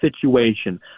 situation